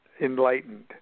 Enlightened